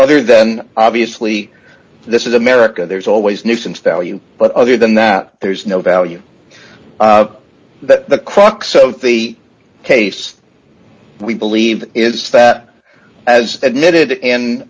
other than obviously this is america there's always nuisance value but other than that there's no value that the crux of the case we believe is that as admitted